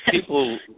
people